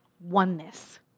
oneness